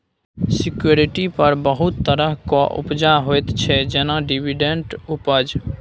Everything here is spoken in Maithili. सिक्युरिटी पर बहुत तरहक उपजा होइ छै जेना डिवीडेंड उपज